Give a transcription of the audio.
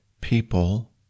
people